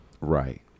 Right